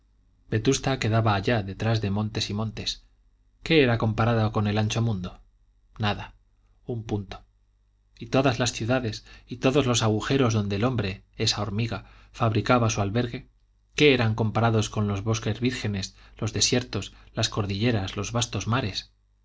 eterna vetusta quedaba allá detrás de montes y montes qué era comparada con el ancho mundo nada un punto y todas las ciudades y todos los agujeros donde el hombre esa hormiga fabricaba su albergue qué eran comparados con los bosques vírgenes los desiertos las cordilleras los vastos mares